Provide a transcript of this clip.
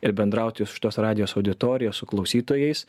ir bendrauti su šitos radijos auditorija su klausytojais